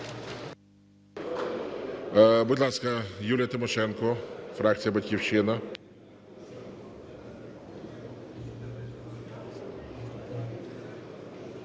Будь ласка, Юлія Тимошенко, фракція "Батьківщина".